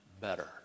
better